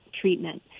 treatment